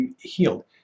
healed